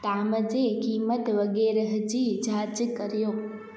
ताम जे क़ीमत वग़ैरह जी जांच करियो